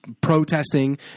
protesting